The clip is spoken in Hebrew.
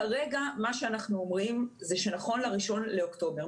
כרגע מה שאנחנו אומרים זה שנכון ל-1 באוקטובר,